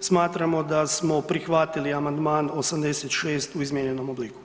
smatramo da smo prihvatili amandman 86 u izmijenjenom obliku.